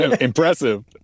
impressive